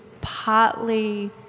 partly